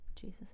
Jesus